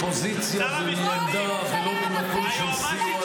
המשפטית היא ראש מערך התביעה --- של ראש הממשלה.